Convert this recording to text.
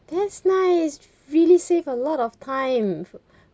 that's nice really save a lot of time